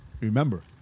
remember